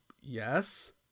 yes